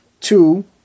two